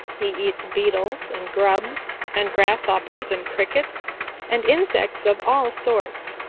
he eats beetles and grubs and grasshoppers and crickets and insects of all sorts.